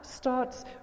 starts